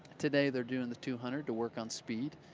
today they're doing the two hundred to work on speed.